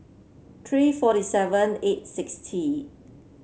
three forty seven eight sixty